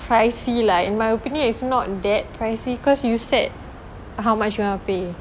pricey lah in my opinion is not that pricey cause you set how much you want to pay